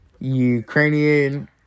Ukrainian